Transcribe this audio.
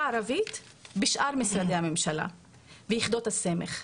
הערבית בשאר משרדי הממשלה ויחידות הסמך.